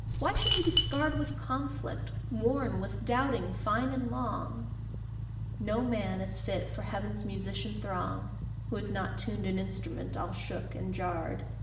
why should he be scarred with conflict? worn with doubting fine and long no man is fit for heaven's musician throng who has not tuned an instrument all shook and jarred.